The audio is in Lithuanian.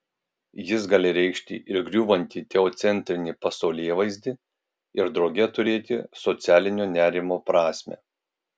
jis gali reikšti ir griūvantį teocentrinį pasaulėvaizdį ir drauge turėti socialinio nerimo prasmę